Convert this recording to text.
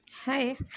Hi